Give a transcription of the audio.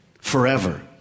forever